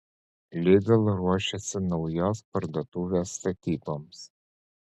lidl ruošiasi naujos parduotuvės statyboms